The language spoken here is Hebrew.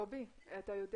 קובי, אתה יודע